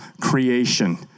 creation